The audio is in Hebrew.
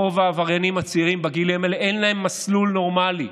רוב העבריינים הצעירים בגילים האלה אין להם מסלול נורמלי,